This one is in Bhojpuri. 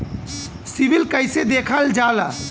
सिविल कैसे देखल जाला?